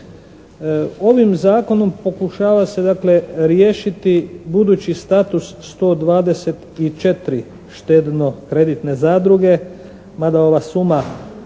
Ovim zakonom pokušava se dakle riješiti budući status 124 štedno-kreditne zadruge mada ova suma